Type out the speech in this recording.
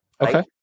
Okay